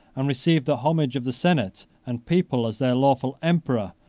and receive the homage of the senate and people, as their lawful emperor,